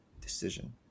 decision